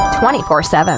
24-7